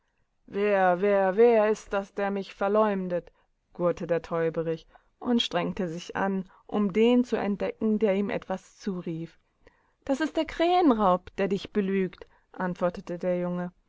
wer wer wer ist das der mich verleumdet gurrte der täuberich und strengte sich an um den zu entdecken der ihm etwas zurief das ist der krähenraub derdichbelügt antwortetederjunge